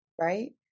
right